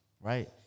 right